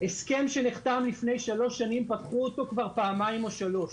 שהסכם שנחתם לפני שלוש שנים נפתח כבר פעמיים או שלוש.